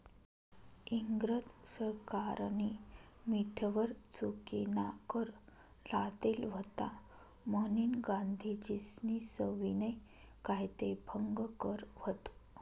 इंग्रज सरकारनी मीठवर चुकीनाकर लादेल व्हता म्हनीन गांधीजीस्नी सविनय कायदेभंग कर व्हत